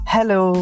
Hello